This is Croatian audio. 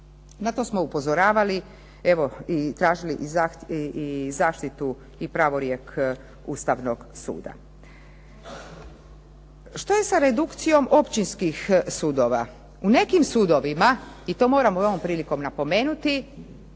Na to smo upozoravali, evo i tražili i zaštitu i pravorijek Ustavnog suda. Što je sa redukcijom općinskih sudova? U nekim sudovima, i to moram i ovom prilikom napomenuti,